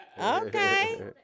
Okay